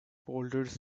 boulders